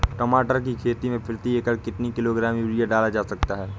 टमाटर की खेती में प्रति एकड़ कितनी किलो ग्राम यूरिया डाला जा सकता है?